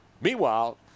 Meanwhile